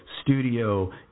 studio